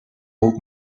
old